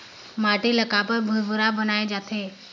माटी ला काबर भुरभुरा बनाय जाथे?